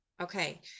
Okay